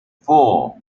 four